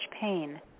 pain